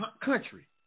country